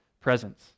presence